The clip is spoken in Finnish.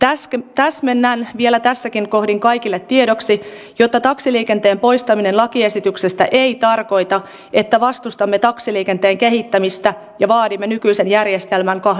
täsmennän vielä tässäkin kohdin kaikille tiedoksi että taksiliikenteen poistaminen lakiesityksestä ei tarkoita että vastustamme taksiliikenteen kehittämistä ja vaadimme nykyiseen järjestelmään